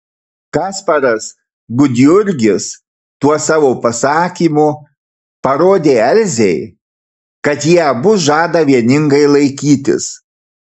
kasparas gudjurgis tuo savo pasakymu parodė elzei kad jie abu žada vieningai laikytis